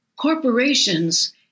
Corporations